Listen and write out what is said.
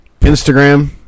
Instagram